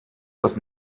aus